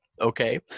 okay